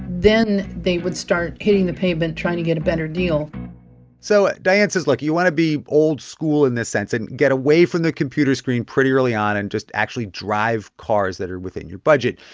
then they would start hitting the pavement, trying to get a better deal so diane says, look. you want to be old school in this sense and get away from the computer screen pretty early on and just actually drive cars that are within your budget.